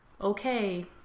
okay